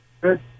Good